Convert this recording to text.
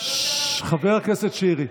חבר הכנסת שירי,